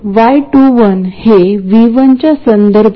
तसेच common source amplifier म्हणजे काय